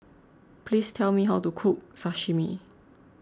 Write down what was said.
please tell me how to cook Sashimi